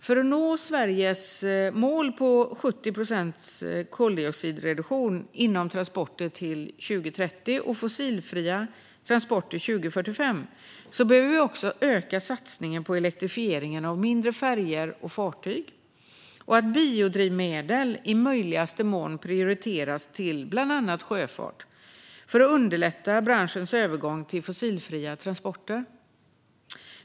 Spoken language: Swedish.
För att nå Sveriges mål på 70 procents koldioxidreduktion inom transporter till 2030 och fossilfria transporter till 2045 behöver vi också öka satsningen på elektrifieringen av mindre färjor och fartyg. Biodrivmedel behöver också i möjligaste mån prioriteras till bland annat sjöfart för att underlätta branschens övergång till fossilfria transporter.